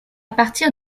partir